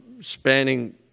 spanning